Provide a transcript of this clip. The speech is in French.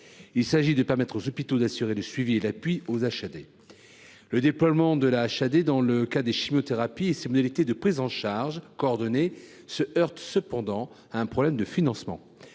Il s’agit de permettre aux hôpitaux d’assurer le suivi et l’appui à ces dernières. Le déploiement de l’HAD dans le cas des chimiothérapies et ces modalités de prise en charge coordonnée se heurtent cependant à un problème de financement.